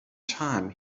time